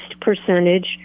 percentage